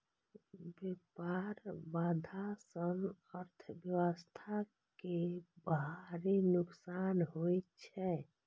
व्यापार बाधा सं अर्थव्यवस्था कें भारी नुकसान होइ छै